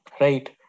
Right